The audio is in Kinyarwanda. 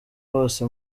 bose